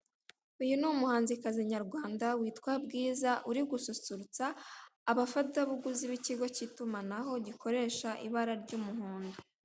Uyu n'umuhanzikazi nyarwanda witwa Bwiza uri gususurutsa abafatabuguzi buguzi b'ikigo cy'itumanaho gikoresha ibara ry'umuhondo.